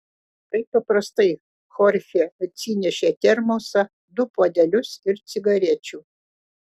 kaip paprastai chorchė atsinešė termosą du puodelius ir cigarečių